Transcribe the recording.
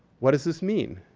what does this mean?